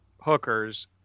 hookers